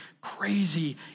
crazy